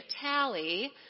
tally